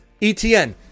ETN